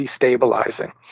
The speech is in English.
destabilizing